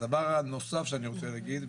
דבר נוסף שאני רוצה להגיד,